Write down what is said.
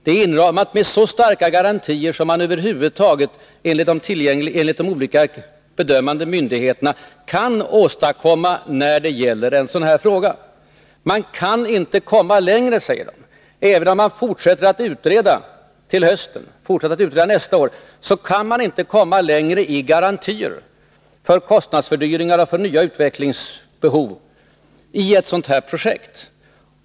Det är inramat med så starka garantier som man enligt de olika bedömande myndigheterna över huvud taget kan få till stånd när det gäller en sådan här fråga. Man kan inte komma längre, säger de. Även om man fortsätter att utreda till hösten och under nästa år kan man inte komma längre i garantier för kostnadsfördyringar och nya utvecklingsbehov i ett sådant här projekt.